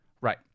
Right